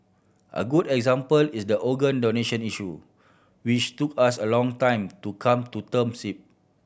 a good example is the organ donation issue which took us a long time to come to terms with